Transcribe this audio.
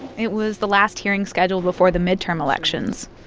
it was the last hearing scheduled before the midterm elections.